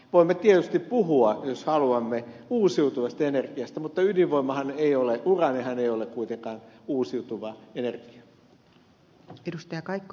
voimme tietysti puhua jos haluamme uusiutuvasta energiasta mutta uraanihan ei ole kuitenkaan uusiutuvaa energiaa